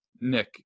Nick